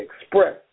express